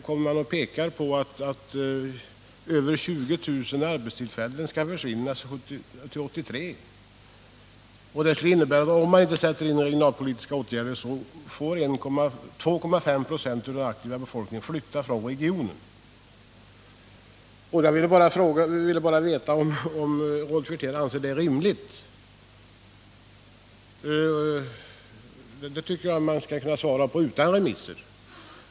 Det har pekats på att över 20 000 arbetstillfällen kommer att ha försvunnit 1983. Om man inte sätter in några regionalpolitiska åtgärder får detta till följd att 2,5 6 av den aktiva befolkningen måste flytta från regionen. Jag ville bara veta om Rolf Wirtén anser det vara rimligt. Den frågan tycker jag att han borde kunna svara på utan några remisser.